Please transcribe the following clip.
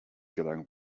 gelang